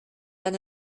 than